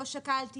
לא שקלתי,